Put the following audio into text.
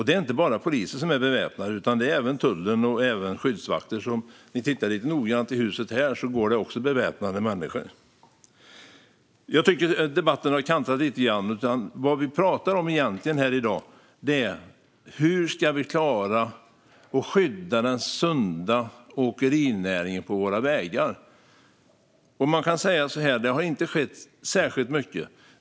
Det är inte bara poliser som är beväpnade utan även tulltjänstemän och skyddsvakter, och om man tittar noggrant här i huset ser man också beväpnade människor. Jag tycker att debatten har kantrat lite grann. Det som vi egentligen pratar om här i dag är hur vi ska klara av att skydda den sunda åkerinäringen på våra vägar. Det har inte skett särskilt mycket.